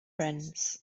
friends